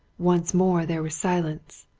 once more there was silence.